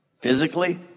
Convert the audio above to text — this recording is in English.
physically